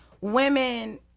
women